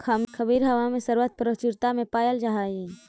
खमीर हवा में सर्वत्र प्रचुरता में पायल जा हई